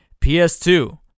PS2